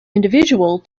individual